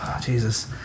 Jesus